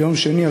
ביום שני,